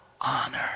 honor